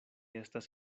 estas